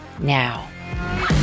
now